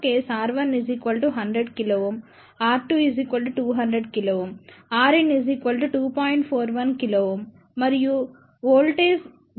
41k మరియు voltage gain Av 114